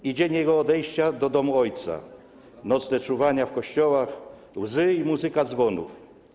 I dzień jego odejścia do domu Ojca, nocne czuwania w kościołach, łzy i muzyka dzwonów.